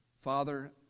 Father